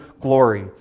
glory